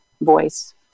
Voice